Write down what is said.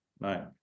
Right